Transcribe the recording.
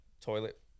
Toilet